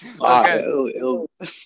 Okay